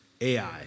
Ai